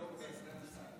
בהצלחה.